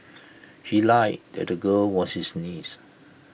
he lied that the girl was his niece